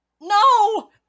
No